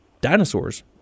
dinosaurs